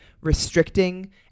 restricting